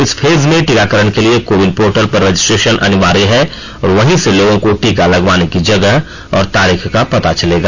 इस फेज में टीकाकरण के लिए कोविन पोर्टल पर रजिस्ट्रेशन अनिवार्य है और वहीं से लोगों को टीका लगवाने की जगह और तारीख का पता चलेगा